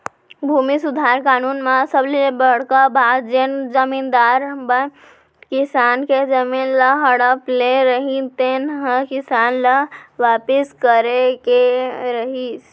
भूमि सुधार कानून म सबले बड़का बात जेन जमींदार मन किसान के जमीन ल हड़प ले रहिन तेन ह किसान ल वापिस करे के रहिस